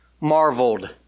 marveled